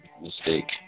mistake